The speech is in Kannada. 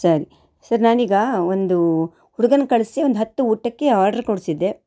ಸರಿ ಸರ್ ನಾನೀಗ ಒಂದು ಹುಡ್ಗನ್ನ ಕಳಿಸಿ ಒಂದು ಹತ್ತು ಊಟಕ್ಕೆ ಆರ್ಡ್ರು ಕೊಡಿಸಿದ್ದೆ